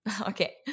Okay